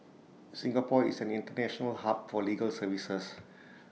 Singapore is an International hub for legal services